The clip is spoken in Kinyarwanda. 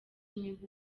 imibu